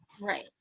Right